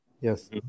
Yes